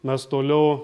mes toliau